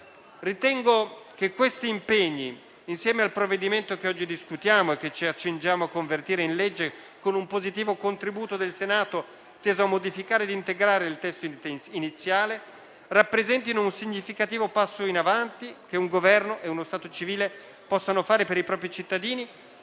Ritengo che questi impegni, insieme al provvedimento che oggi discutiamo e che ci accingiamo a convertire in legge, con un positivo contributo del Senato teso a modificare e a integrare il testo iniziale, rappresentino un significativo passo in avanti che un Governo e uno Stato civile possono fare per i propri cittadini